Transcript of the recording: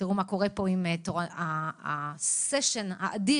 תראו מה קורה פה עם הסשן האדיר